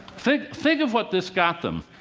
think think of what this got them.